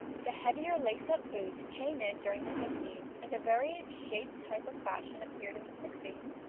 the heavier lace-up boot came in during the fifties, and a very shaped type of fashion appeared in the sixties.